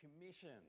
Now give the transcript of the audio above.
commission